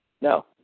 no